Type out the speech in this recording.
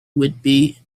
whitby